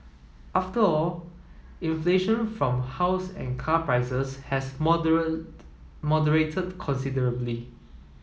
after all inflation from house and car prices has moderated considerably